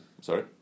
sorry